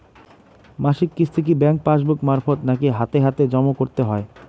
মাসিক কিস্তি কি ব্যাংক পাসবুক মারফত নাকি হাতে হাতেজম করতে হয়?